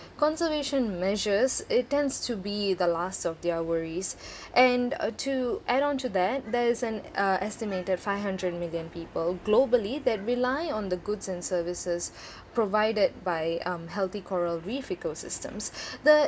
conservation measures it tends to be the last of their worries and uh to add on to that there is an uh estimated five hundred million people globally that rely on the goods and services provided by um healthy coral reef ecosystems that